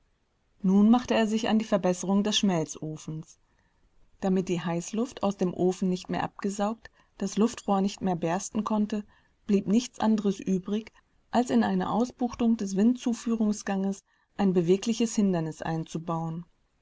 nun machte er sich an die verbesserung des schmelzofens damit die heißluft aus dem ofen nicht mehr abgesaugt das luftrohr nicht mehr bersten konnte blieb nichts anderes übrig als in eine ausbuchtung des windzuführungsganges ein bewegliches hindernis einzubauen